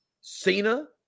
Cena